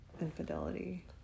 infidelity